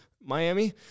Miami